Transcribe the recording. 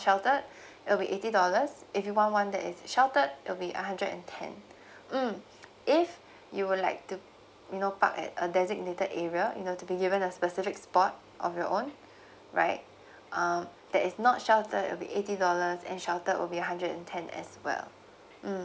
sheltered it will be eighty dollars if you want one that is sheltered it'll be a hundred and ten mm if you would like to you know park at a designated area you know to be given a specific sport of your own right uh that is not sheltered it will be eighty dollars and sheltered will be hundred and ten as well mm